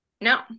no